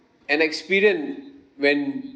an experience when